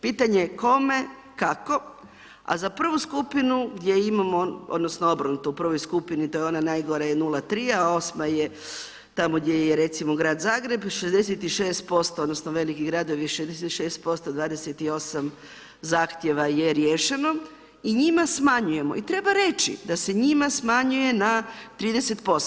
Pitanje je kome, kako a za 1. skupinu gdje imamo, odnosno obrnuto, u 1. skupina to je ona najgora 0,3, a 8. je tamo gdje je recimo grad Zagreb, 66% odnosno veliki gradovi 66%, 28 zahtjeva je riješeno, i njima smanjujemo i treba reći da se njima smanjuje na 30%